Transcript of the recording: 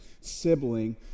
sibling